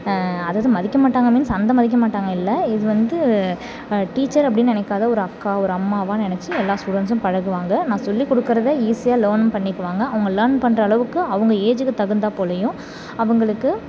அதாவது மதிக்க மாட்டாங்க மீன்ஸ் அந்த மதிக்க மாட்டாங்க இல்லை இது வந்து டீச்சர் அப்படின்னு நினைக்காத ஒரு அக்கா ஒரு அம்மாவாக நினச்சி எல்லா ஸ்டூடண்ட்ஸும் பழகுவாங்க நான் சொல்லிக்கொடுக்கறத ஈஸியாக லேர்னும் பண்ணிக்குவாங்க அவங்க லேர்ன் பண்ணுற அளவுக்கு அவங்க ஏஜுக்கு தகுந்தாற் போலேயும் அவங்களுக்கு